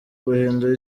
guhindura